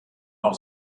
auch